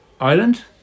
island